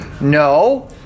No